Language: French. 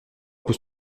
pour